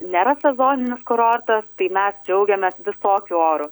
nėra sezoninis kurortas tai mes džiaugiamės tokiu oru